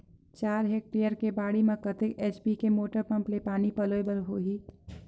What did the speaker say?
चार हेक्टेयर के बाड़ी म कतेक एच.पी के मोटर पम्म ले पानी पलोय बर होही?